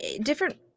different